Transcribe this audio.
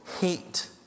hate